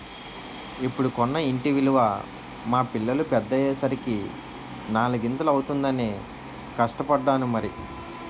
ఇప్పుడు కొన్న ఇంటి విలువ మా పిల్లలు పెద్దయ్యే సరికి నాలిగింతలు అవుతుందనే కష్టపడ్డాను మరి